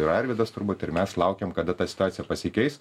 ir arvydas turbūt ir mes laukiam kada ta situacija pasikeis